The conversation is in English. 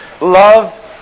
Love